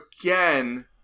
again